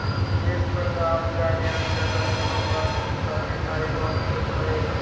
hedge fund आपल्या आणि आमच्यासारख्या लोकांसाठी नाही, डॉक्टर साहेब